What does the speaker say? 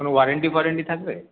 কোনো ওয়ারেন্টি ফোয়ারেন্টি থাকবে